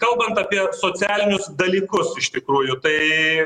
kalbant apie socialinius dalykus iš tikrųjų tai